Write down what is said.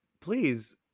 please